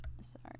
Sorry